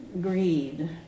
greed